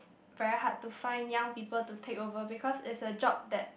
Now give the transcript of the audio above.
very hard to find young people to take over because is a job that